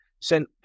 sent